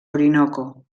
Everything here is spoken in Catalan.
orinoco